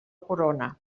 corona